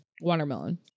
Watermelon